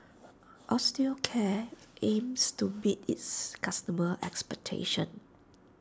Osteocare aims to meet its customers' expectations